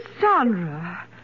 Sandra